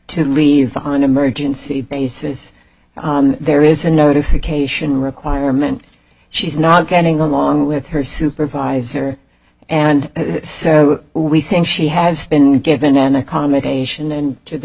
to leave on emergency basis there is a notification requirement she's not getting along with her supervisor and we think she has been given an accommodation and if th